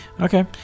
Okay